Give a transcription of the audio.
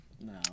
no